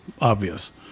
obvious